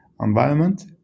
environment